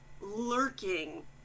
lurking